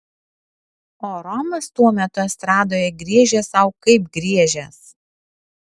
o romas tuo metu estradoje griežė sau kaip griežęs